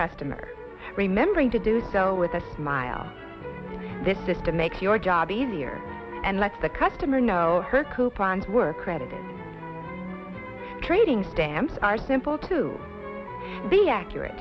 customer remembering to do so with a smile this system makes your job easier and lets the customer know her coupons work credit trading stamps are simple to be accurate